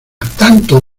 tanto